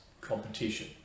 competition